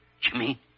Jimmy